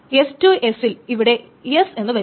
S two എസിൽ ഇവിടെ S വരും